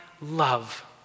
love